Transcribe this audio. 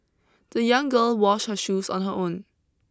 the young girl washed her shoes on her own